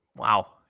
Wow